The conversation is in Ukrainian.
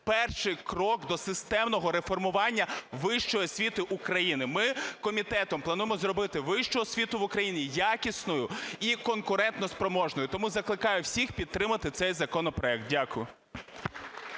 перший крок до системного реформування вищої освіти України. Ми комітетом плануємо зробити вищу освіту в Україні якісною і конкурентоспроможною. Тому закликаю всіх підтримати цей законопроект. Дякую.